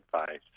advice